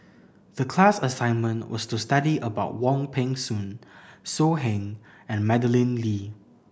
the class assignment was to study about Wong Peng Soon So Heng and Madeleine Lee